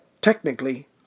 technically